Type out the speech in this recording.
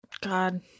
God